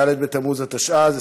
ד' בתמוז התשע"ז,